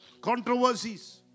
controversies